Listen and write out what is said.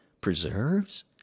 Preserves